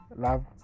love